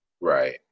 Right